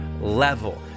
level